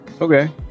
Okay